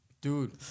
dude